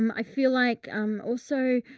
um i feel like um also. ah,